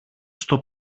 στο